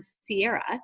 Sierra